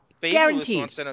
Guaranteed